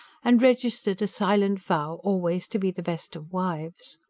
and registered a silent vow always to be the best of wives.